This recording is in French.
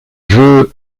jeu